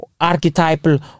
archetypal